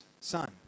son